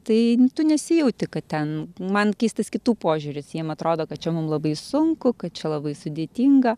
tai tu nesijauti kad ten man keistas kitų požiūris jiem atrodo kad čia mums labai sunku kad čia labai sudėtinga